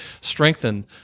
strengthen